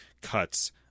cuts